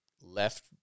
left